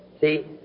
See